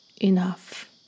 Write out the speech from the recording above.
enough